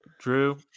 Drew